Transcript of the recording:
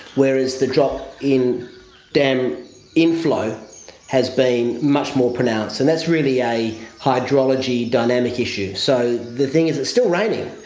whereas the drop in dam inflow has been much more pronounced. and that's really a hydrology dynamic issue. so the thing is it's still raining,